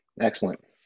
excellent